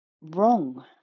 wrong